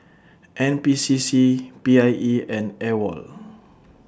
N P C C P I E and AWOL